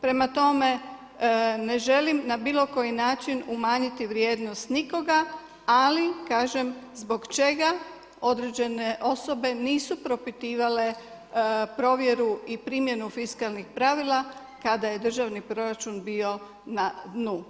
Prema tome, ne želim na bilo koji način umanjiti vrijednost nikoga, ali kažem zbog čega određene osobe nisu propitivale provjeru i primjenu fiskalnih pravila kada je državni proračun bio na dnu.